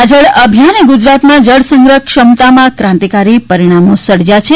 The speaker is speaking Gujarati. આ જળ અભિયાને ગુજરાતમાં જળસંગ્રહ ક્ષમતામાં ક્રાંતિકારી પરિણામો સર્જ્યા છે